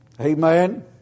Amen